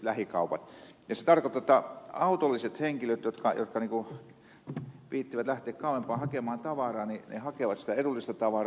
se tarkoittaa että autolliset henkilöt jotka viitsivät lähteä kauempaa hakemaan tavaraa hakevat sitä edullista tavaraa